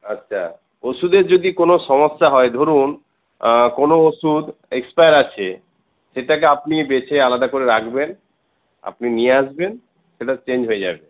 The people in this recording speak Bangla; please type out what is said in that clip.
আচ্ছা ওষুধে যদি কোন সমস্যা হয় ধরুন কোন ওষুধ এক্সপায়ার আছে সেটাকে আপনি বেছে আলাদা করে রাখবেন আপনি নিয়ে আসবেন সেটা চেঞ্জ হয়ে যাবে